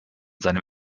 seinem